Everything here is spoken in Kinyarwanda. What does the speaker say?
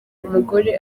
umugore